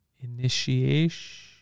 Initiation